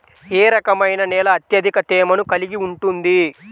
ఏ రకమైన నేల అత్యధిక తేమను కలిగి ఉంటుంది?